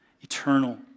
eternal